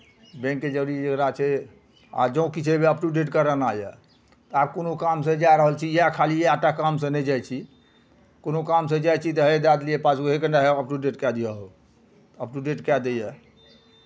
बैंकके जरूरी जकरा छै आ जँ किछु हउएह अपटुडेट कराना यए आब कोनो कामसँ जा रहल छी या खाली इएह टा कामसँ नहि जाइ छी कोनो कामसँ जाइ छी तऽ हे दए देलियै पासबुक हे कनि टा अपटुडेट कए दिहक हौ अपटुडेट कए दैए